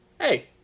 hey